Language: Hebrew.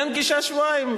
אין פגישה שבועיים.